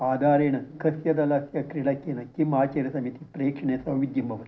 आधारेण कस्य दलस्य क्रीडकेन किम् आचरतमिति प्रेक्षणे सौविध्यम् भवति